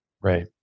Right